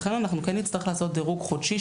לכן אנחנו כן נצטרך לעשות דירוג חודשי.